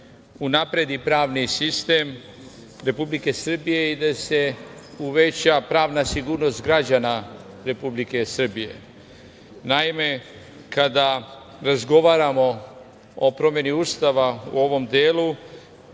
unapredi pravni sistem Republike Srbije i da se uveća pravna sigurnost građana Republike Srbije. Naime, kada razgovaramo o promeni Ustava u ovom delu,